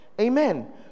Amen